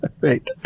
right